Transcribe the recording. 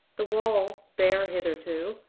the wall, bare hitherto,